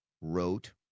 wrote